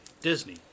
Disney